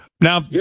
Now